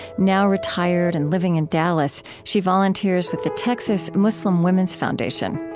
now retired and living in dallas, she volunteers with the texas muslim women's foundation.